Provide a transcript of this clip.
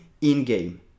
in-game